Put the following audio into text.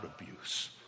abuse